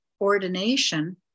ordination